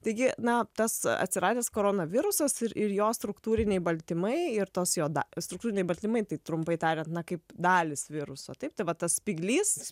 taigi na tas atsiradęs koronavirusas ir ir jo struktūriniai baltymai ir tos juoda struktūriniai baltymai tai trumpai tariant na kaip dalys viruso taip tai va tas spyglys